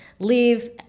Leave